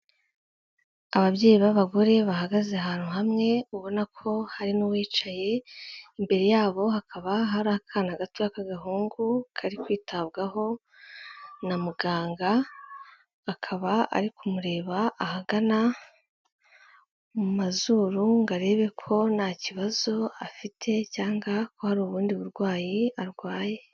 Ababyeyi b'abagore bahagaze ahantu hamwe, ubona ko hari n'uwicaye, imbere yabo hakaba hari akana gatoya k'agahungu kari kwitabwaho na muganga, akaba ari kumureba ahagana mu mazuru ngo arebe ko nta kibazo afite cyangwa ko hari ubundi burwayi arwaye.